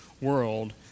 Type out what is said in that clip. world